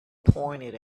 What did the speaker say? pointed